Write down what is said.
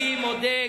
אני מודה,